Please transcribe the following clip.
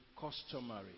customary